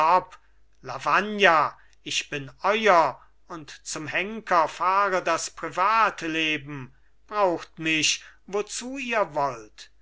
lavagna ich bin euer und zum henker fahre das privatleben braucht mich wozu ihr wollt